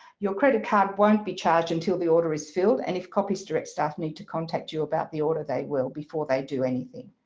your credit card won't be charged until the order is filled and if copies direct staff need to contact you about the order they will before they do anything.